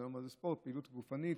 בספורט שפחות נעשה או בפעילות הגופנית,